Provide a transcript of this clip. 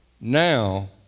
now